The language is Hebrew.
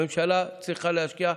הממשלה צריכה להשקיע.